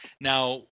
now